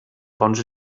fonts